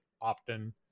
often